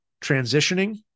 transitioning